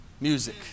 music